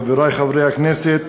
חברי חברי הכנסת,